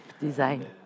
design